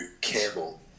Campbell